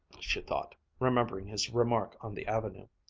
she thought, remembering his remark on the avenue.